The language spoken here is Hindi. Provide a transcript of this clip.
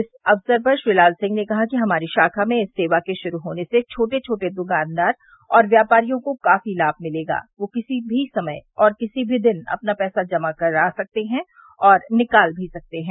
इस अवसर पर श्री लाल सिंह ने कहा कि हमारी शाखा में इस सेवा के शुरू होने से छोट छोटे दुकानदार और व्यापारियों को काफी लाम मिलेगा वे किसी भी समय और किसी भी दिन अपना पैसा जमा करा सकते हैं और निकाल भी सकते हैं